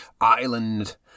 island